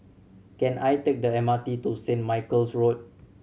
can I take the M R T to Saint Michael's Road